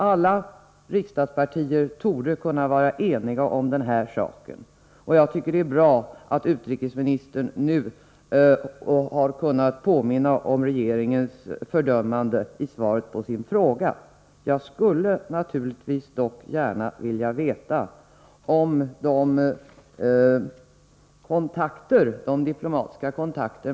Alla riksdagspartier torde kunna vara eniga om den här saken, och jag tycker det är bra att utrikesministern nu i svaret på min fråga har kunnat påminna om regeringens fördömande av övergreppen. I svaret nämns de diplomatiska kontakter som förekommit med andra länder, däribland Sovjetunionen.